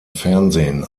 fernsehen